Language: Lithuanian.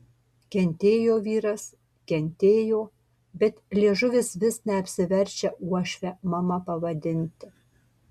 kentėjo vyras kentėjo bet liežuvis vis neapsiverčia uošvę mama pavadinti